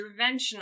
interventional